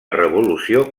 revolució